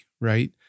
right